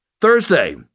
Thursday